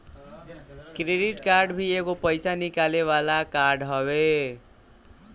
credit card भी एगो पईसा निकाले वाला कार्ड हवे